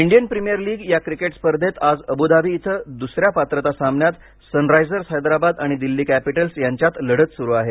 Indian Premier League या cricket स्पर्धेत आज अबुधाबी इथं दुसऱ्या पात्रता सामन्यात सनरायझर्स हैदराबाद आणि दिल्ली कॅपिटल्स यांच्यात लढत सुरू आहे